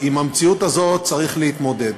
עם המציאות הזו צריך להתמודד,